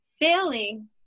failing